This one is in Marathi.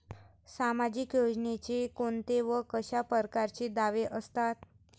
सामाजिक योजनेचे कोंते व कशा परकारचे दावे असतात?